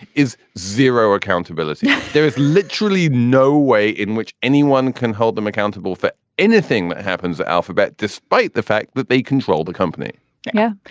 is zero accountability. yeah there is literally no way in which anyone can hold them accountable for anything that happens. alphabet despite the fact that they control the company yeah.